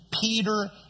Peter